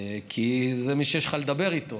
כי זה מי שיש לך לדבר איתו.